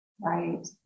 Right